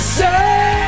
say